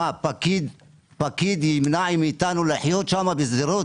מה, פקיד ימנע מאיתנו לחיות שם, בשדרות?